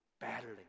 battling